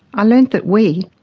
i learned that we,